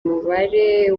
umubare